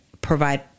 provide